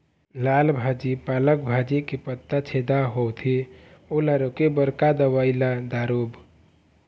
लाल भाजी पालक भाजी के पत्ता छेदा होवथे ओला रोके बर का दवई ला दारोब?